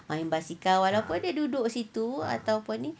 main basikal walaupun dia duduk situ ataupun ni